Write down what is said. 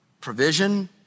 provision